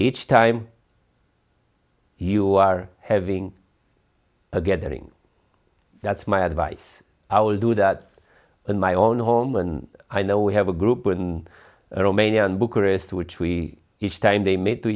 each time you are having a gathering that's my advice i will do that in my own home and i know we have a group in romania and bucharest which we each time they made to